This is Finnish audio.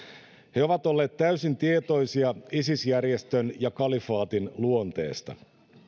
he ovat olleet täysin tietoisia isis järjestön ja kalifaatin luonteesta